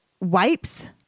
wipes